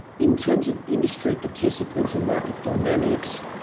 in terms of industry participants and market dynamics,